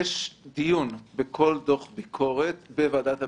דיון בכל דוח ביקורת בוועדת הביקורת.